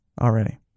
already